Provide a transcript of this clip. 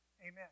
Amen